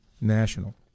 National